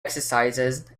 exercises